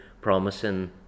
promising